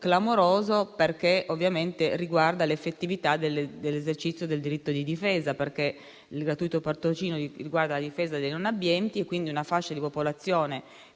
clamoroso perché riguarda l'effettività dell'esercizio del diritto di difesa, perché il gratuito portoncino riguarda la difesa dei non abbienti e quindi una fascia di popolazione